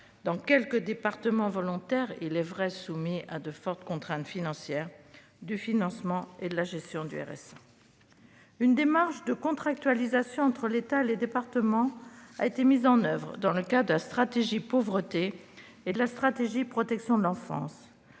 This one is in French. dans quelques départements volontaires- soumis, il est vrai, à de fortes contraintes financières -, du financement et de la gestion du RSA. Une démarche de contractualisation entre l'État et les départements a été mise en oeuvre dans le cadre de la stratégie nationale de prévention et de lutte